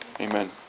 Amen